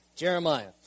Jeremiah